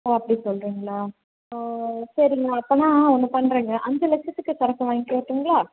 ஓ அப்படி சொல்கிறிங்களா சரிங்க அப்போனா ஒன்று பண்ணுறேங்க அஞ்சு லட்சதுக்கு சரக்கு வாங்கிக்க வரட்டுங்களா